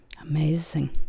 amazing